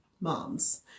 moms